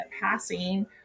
passing